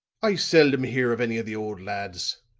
i seldom hear of any of the old lads.